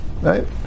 right